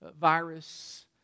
virus